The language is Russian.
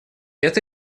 это